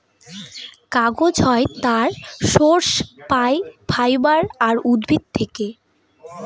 কাগজ হয় তার সোর্স পাই ফাইবার আর উদ্ভিদ থেকে